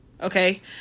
okay